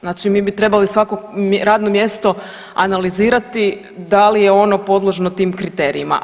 Znači mi bi trebali svako radno mjesto analizirati da li je ono podložno tim kriterijima.